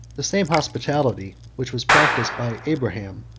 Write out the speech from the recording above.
the same hospitality, which was practised by abraham,